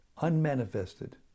unmanifested